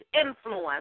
influence